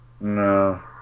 No